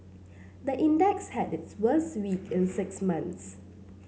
the index had its worst week in six months